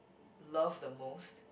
love the most